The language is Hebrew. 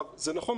זה נכון,